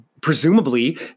presumably